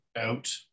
out